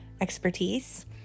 expertise